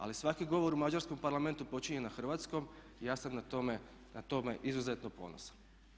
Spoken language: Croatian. Ali svaki govor u mađarskom Parlamentu počinje na hrvatskom i ja sam na tome izuzetno ponosan.